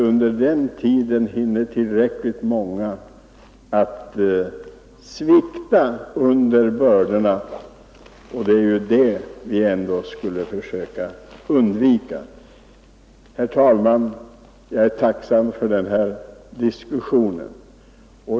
Under den tiden hinner många svikta under bördorna. Det måste vi ändå försöka undvika. Herr talman! Jag är tacksam för den här diskussionen.